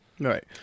right